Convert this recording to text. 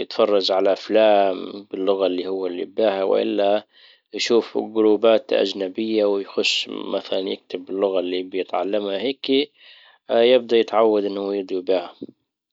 يتفرج على افلام باللغة اللي هو اللي يبغاها والا يشوف جروبات اجنبية ويخش مثلا يكتب باللغة اللي بيتعلمها هيكي يبدأ يتعود انه يدوي بها.